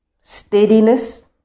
steadiness